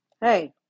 hey